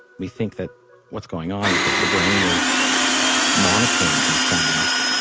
we think that what's going on, is that the brain is monitoring these sounds,